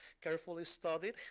carefully studied,